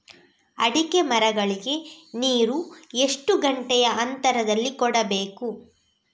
ಅಡಿಕೆ ಮರಗಳಿಗೆ ನೀರು ಎಷ್ಟು ಗಂಟೆಯ ಅಂತರದಲಿ ಕೊಡಬೇಕು?